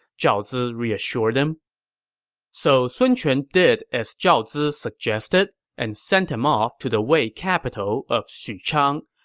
zhao zi reassured him so sun quan did as zhao zi suggested and sent him off to the wei capital of xuchang,